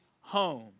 home